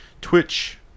Twitch